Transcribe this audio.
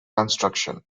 construction